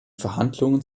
verhandlungen